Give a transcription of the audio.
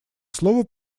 слово